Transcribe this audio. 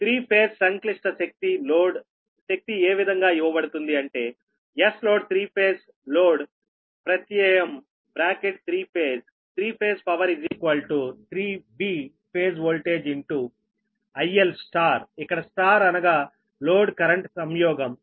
three phase సంక్లిష్ట శక్తి load శక్తి ఏ విధంగా ఇవ్వబడుతుంది అంటే Sload3Φ లోడ్ ప్రత్యయం బ్రాకెట్ త్రీ ఫేజ్3 phase power 3V phase voltageIL ఇక్కడ స్టార్ అనగా లోడ్ కరెంట్ సంయోగం